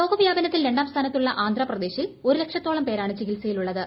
രോഗവ്യാപനത്തിൽ രണ്ടാം സ്ഥാനത്തുള്ള ആന്ധ്രപ്രദേശിൽ ഒരു ലക്ഷത്തോളം പേരാണ് ചികിൽസയിലുള്ളത്